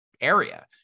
area